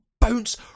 bounce